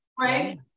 Right